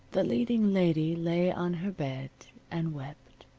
the leading lady lay on her bed and wept.